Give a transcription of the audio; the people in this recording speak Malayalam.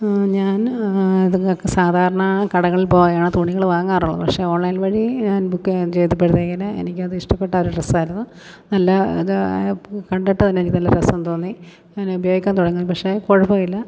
ഞാൻ അതുങ്ങൾക്ക് സാധാരണ കടകളിൽ പോയാണ് തുണികൾ വാങ്ങാറുള്ളത് പക്ഷേ ഓൺലൈൻ വഴി ഞാൻ ബുക്ക് ചെയ്തപ്പോഴത്തേക്കിന് എനിക്കത് ഇഷ്ടപ്പെട്ട ഒരു ഡ്രസ്സായിരുന്നു നല്ല ഇത് പു കണ്ടിട്ടു തന്നെ എനിക്ക് നല്ല രസം തോന്നി ഞാൻ ഉപയോഗിക്കാൻ തുടങ്ങി പക്ഷേ കുഴപ്പമില്ല